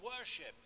worship